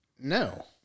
No